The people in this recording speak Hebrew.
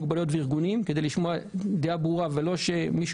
מוגבלויות וארגונים כדי לשמוע דעה ברורה ולא שמישהו